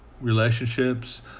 relationships